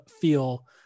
feel